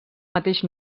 mateix